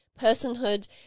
personhood